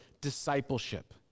discipleship